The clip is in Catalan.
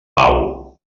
pau